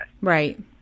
Right